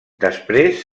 després